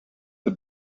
the